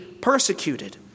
persecuted